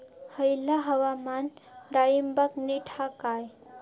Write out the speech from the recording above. हयला हवामान डाळींबाक नीट हा काय?